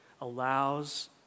Allows